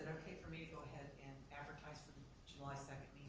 okay for me to go ahead and advertise for july second?